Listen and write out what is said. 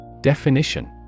Definition